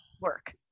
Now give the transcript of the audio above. work